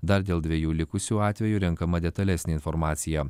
dar dėl dviejų likusių atvejų renkama detalesnė informacija